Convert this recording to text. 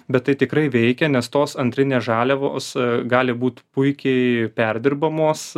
bet tai tikrai veikia nes tos antrinės žaliavos gali būt puikiai perdirbamos